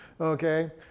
okay